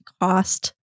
cost